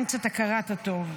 אין קצת הכרת הטוב.